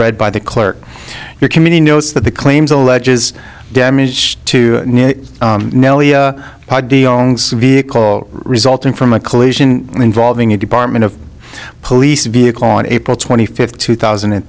read by the clerk your community knows that the claims alleges damage to nelia vehicle resulting from a collision involving a department of police vehicle on april twenty fifth two thousand and